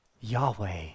Yahweh